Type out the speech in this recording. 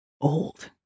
old